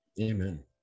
Amen